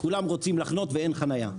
כולם רוצים לחנות ואין חנייה.